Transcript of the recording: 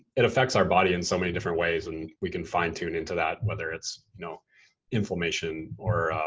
it affects our body in so many different ways and we can fine tune into that whether it's you know inflammation or